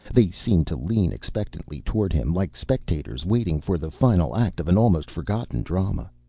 they seemed to lean expectantly toward him, like spectators waiting for the final act of an almost forgotten drama.